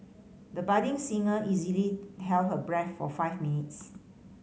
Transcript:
the budding singer easily held her breath for five minutes